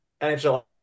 NHL